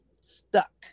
stuck